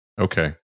Okay